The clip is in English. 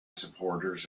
supporters